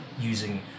using